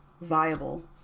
viable